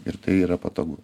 ir tai yra patogu